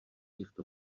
těchto